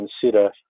consider